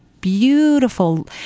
beautiful